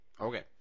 Okay